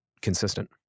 consistent